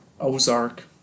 Ozark